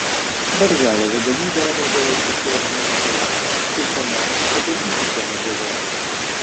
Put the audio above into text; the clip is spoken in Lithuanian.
darželio vadovybė naudojosi šiuo argumentu teigdama kad ir įvykio nebuvo